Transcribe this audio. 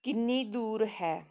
ਕਿੰਨੀ ਦੂਰ ਹੈ